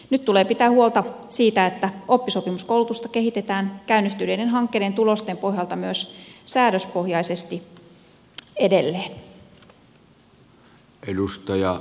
nyt tulee pitää huolta siitä että oppisopimuskoulutusta kehitetään käynnistyneiden hankkeiden tulosten pohjalta myös säädöspohjaisesti edelleen